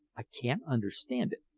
i can't understand it,